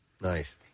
Nice